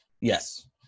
yes